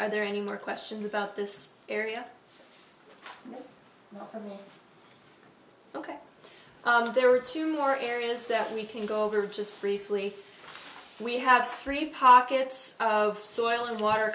are there any more questions about this area for me ok there are two more areas that we can go over just briefly we have three pockets of soil and water